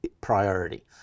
priority